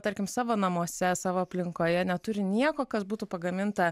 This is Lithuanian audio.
tarkim savo namuose savo aplinkoje neturi nieko kas būtų pagaminta